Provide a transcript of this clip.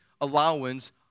allowance